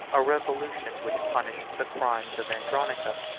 a revolution which punished the crimes of andronicus,